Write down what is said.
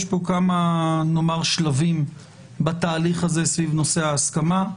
יש פה כמה שלבים בתהליך הזה סביב נושא ההסכמה.